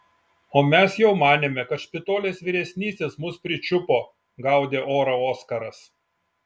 o mes jau manėme kad špitolės vyresnysis mus pričiupo gaudė orą oskaras